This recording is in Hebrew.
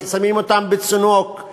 שמים אותם בצינוק,